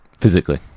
physically